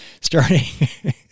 starting